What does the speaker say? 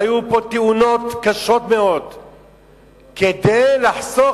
היו פה תאונות קשות מאוד כדי לחסוך,